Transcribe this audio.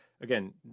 again